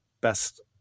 Best